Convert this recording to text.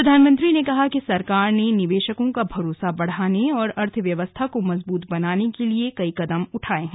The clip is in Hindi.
प्रधानमंत्री ने कहा कि सरकार ने निवेशकों का भरोसा बढ़ाने और अर्थव्यवस्था को मजबूत बनाने के लिए कई कदम उठाये हैं